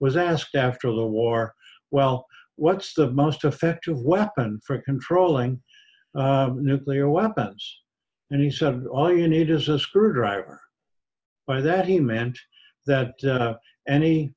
was asked after the war well what's the most effective weapon for controlling nuclear weapons and he said all you need is a screwdriver by that he meant that